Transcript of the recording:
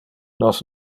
nos